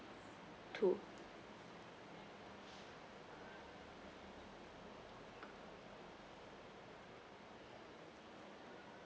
to